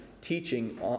teaching